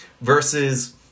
versus